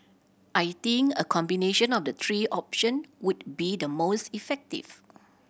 I think a combination of the three option would be the most effective